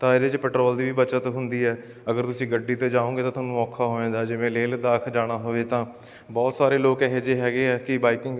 ਤਾ ਇਹਦੇ 'ਚ ਪੈਟਰੋਲ ਦੀ ਵੀ ਬੱਚਤ ਹੁੰਦੀ ਹੈ ਅਗਰ ਤੁਸੀਂ ਗੱਡੀ 'ਤੇ ਜਾਓਗੇ ਤਾਂ ਤੁਹਾਨੂੰ ਔਖਾ ਹੋ ਜਾਂਦਾ ਜਿਵੇਂ ਲੇਹ ਲਦਾਖ ਜਾਣਾ ਹੋਵੇ ਤਾਂ ਬਹੁਤ ਸਾਰੇ ਲੋਕ ਇਹੋ ਜਿਹੇ ਹੈਗੇ ਆ ਕਿ ਬਾਈਕਿੰਗ